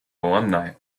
alumni